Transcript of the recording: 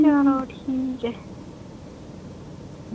चलो ठीक ऐ